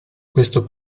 questo